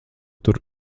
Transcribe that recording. tur